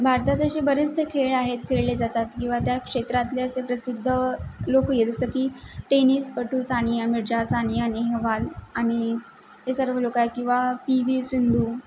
भारतात असे बरेचसे खेळ आहेत खेळले जातात किंवा त्या क्षेत्रातले असे प्रसिद्ध लोक ये जसं की टेनिसपटू सानिया मिरझा सानिया नेहेवाल आणि हे सर्व लोक आहे किवा पी वी सिंधू